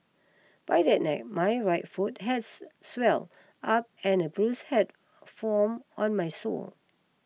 by that night my right foot has swelled up and a bruise had formed on my sole